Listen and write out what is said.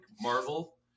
Marvel